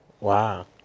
Wow